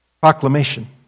proclamation